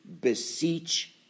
beseech